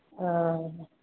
ओ